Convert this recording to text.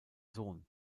sohn